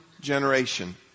generation